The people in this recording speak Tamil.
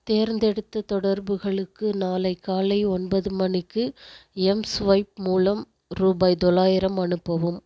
தேர்ந்தெடுத்த தொடர்புகளுக்கு நாளை காலை ஒன்பது மணிக்கு எம்ஸ்வைப் மூலம் ரூபாய் தொள்ளாயிரம் அனுப்பவும்